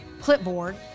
clipboard